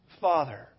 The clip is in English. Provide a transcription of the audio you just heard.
Father